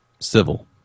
civil